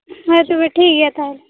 ᱦᱮᱸ ᱛᱚᱵᱮ ᱴᱷᱤᱠ ᱜᱮᱭᱟ ᱛᱟᱦᱚᱞᱮ